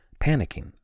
panicking